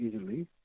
easily